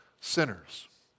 sinners